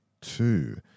two